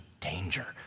danger